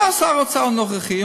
בא שר האוצר הנוכחי,